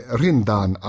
rindan